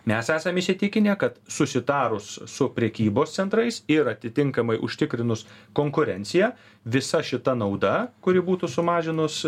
mes esam įsitikinę kad susitarus su prekybos centrais ir atitinkamai užtikrinus konkurenciją visa šita nauda kuri būtų sumažinus